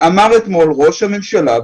אמר אתמול ראש הממשלה,